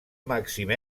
màxims